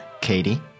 Katie